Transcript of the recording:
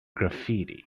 graffiti